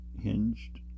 hinged